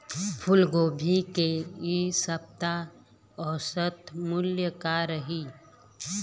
फूलगोभी के इ सप्ता औसत मूल्य का रही?